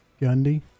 Gundy